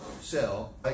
sell